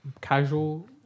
casual